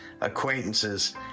acquaintances